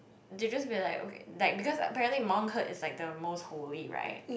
they just be like okay like because apparently monkhood is like the most holy right